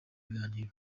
biganiro